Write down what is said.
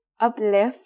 uplift